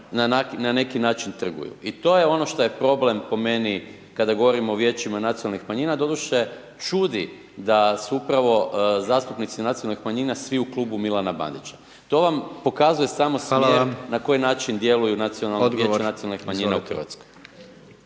na neki način trguju. I to je ono šta je problem po meni kada govorimo o Vijećima nacionalnih manjima, doduše čudi da su upravo zastupnici nacionalnih manjina svi u Klubu Milana Bandića. To vam pokazuje samo smjer na koji način djeluju nacionalne, Vijeća nacionalnih manjina u Hrvatskoj.